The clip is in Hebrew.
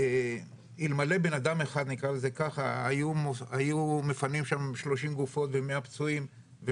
אלמלא בנאדם אחד היו מפנים שם שלושים גופות ומאה פצועים,